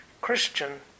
Christian